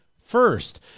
first